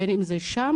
בין אם זה שם,